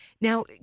Now